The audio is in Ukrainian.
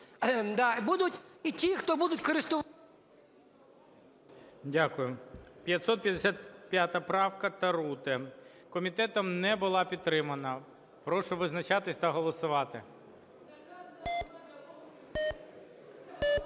Будуть і ті, хто будуть… ГОЛОВУЮЧИЙ. Дякую. 555 правка Тарути комітетом не була підтримана. Прошу визначатися та голосувати.